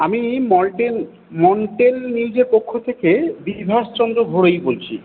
আমি মলটেল মনটেন নিউজের পক্ষ থেকে বিভাসচন্দ্র ঘরুই বলছি